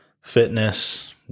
fitness